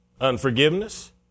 unforgiveness